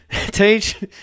teach